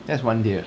that's one day ah